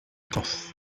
cloth